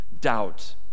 doubt